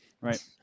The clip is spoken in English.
right